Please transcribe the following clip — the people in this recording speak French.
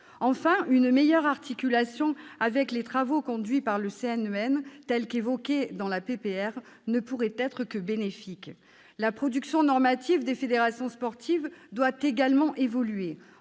une meilleure articulation avec les travaux conduits par le CNEN, telle qu'évoquée dans la proposition de résolution, ne pourrait être que bénéfique. La production normative des fédérations sportives doit également évoluer.